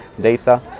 data